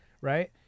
Right